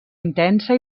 intensa